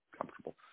comfortable